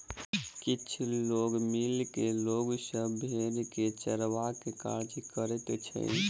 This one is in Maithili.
किछ लोक मिल के लोक सभक भेंड़ के चरयबाक काज करैत छै